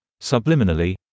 subliminally